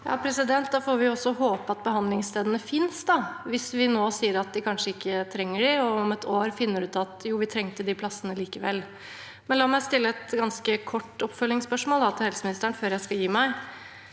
(H) Da får vi også håpe at behandlingsstedene finnes hvis vi nå sier at vi kanskje ikke trenger dem, og om et år finner ut at vi trengte de plassene likevel. Men la meg stille et ganske kort oppfølgingsspørsmål til helseministeren før jeg gir meg.